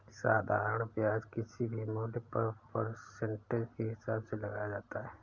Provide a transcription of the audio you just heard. साधारण ब्याज किसी भी मूल्य पर परसेंटेज के हिसाब से लगाया जाता है